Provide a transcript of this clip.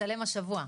מצטלם השבוע.